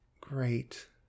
great